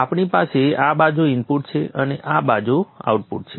આપણી પાસે આ બાજુ ઇનપુટ છે અને આ બાજુ આઉટપુટ છે